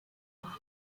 aha